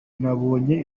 nabonye